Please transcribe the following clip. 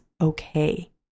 okay